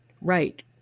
right